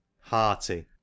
hearty